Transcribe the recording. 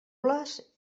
les